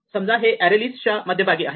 समजा हे array list च्या मध्यभागी आहे